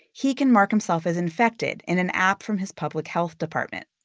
he can mark himself as infected in an app from his public health department.